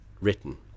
written